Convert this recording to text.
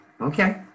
Okay